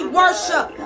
worship